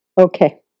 Okay